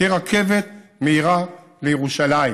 תהיה רכבת מהירה לירושלים.